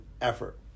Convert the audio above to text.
effort